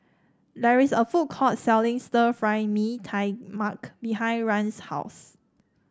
there is a food court selling Stir Fry Mee Tai Mak behind Rahn's house